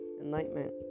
enlightenment